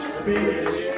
speech